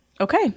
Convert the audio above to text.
Okay